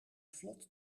vlot